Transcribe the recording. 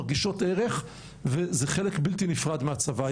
מרגישות ערך וזה חלק בלתי נפרד מהצבא.